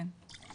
כן?